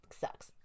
sucks